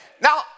Now